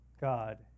God